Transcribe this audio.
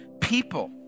people